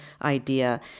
idea